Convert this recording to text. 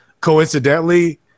coincidentally